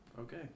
Okay